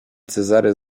cezary